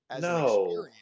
No